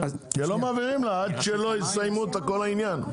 עד שלא יסיימו את כל העניין.